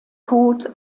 tod